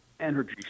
energy